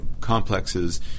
complexes